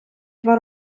два